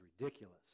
ridiculous